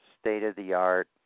state-of-the-art